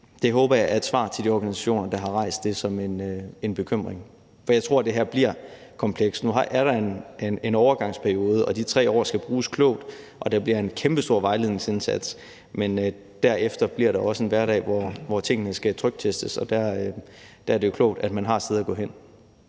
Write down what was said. det håber jeg er et svar til de organisationer, der har rejst det som en bekymring. For jeg tror, at det her bliver komplekst. Nu er der en overgangsperiode, og de 3 år skal bruges klogt, og der bliver en kæmpestor vejledningsindsats, men derefter bliver der også en hverdag, hvor tingene skal tryktestes, og der er det jo klogt, at man har et sted at gå hen.